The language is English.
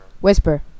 Whisper